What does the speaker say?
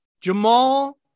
jamal